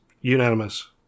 unanimous